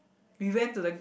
we went to the